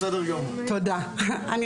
תנו לה.